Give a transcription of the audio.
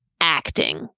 acting